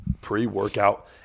pre-workout